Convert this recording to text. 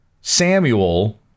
Samuel